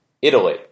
Italy